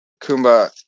Kumba